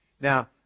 Now